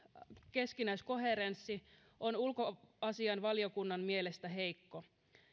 keskinäiskoherenssi on ulkoasiainvaliokunnan mielestä heikko